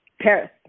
Paris